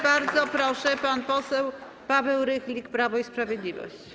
Bardzo proszę, pan poseł Paweł Rychlik, Prawo i Sprawiedliwość.